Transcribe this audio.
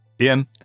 ian